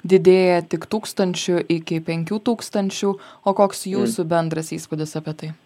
didėja tik tūkstančiu iki penkių tūkstsnčių o koks jūsų bendras įspūdis apie tai